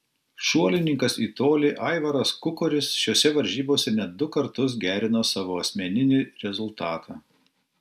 šuolininkas į tolį aivaras kukoris šiose varžybose net du kartus gerino savo asmeninį rezultatą